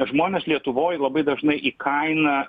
žmonės lietuvoj labai dažnai į kainą